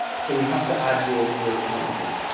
so you have to add your your account methods.